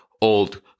old